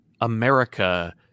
America